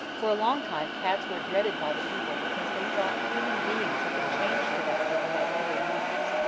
for a long time cats were dreaded by the people because they thought human beings had been changed to that form by evil means.